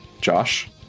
Josh